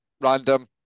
Random